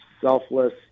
selfless